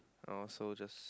oh so just